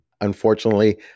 unfortunately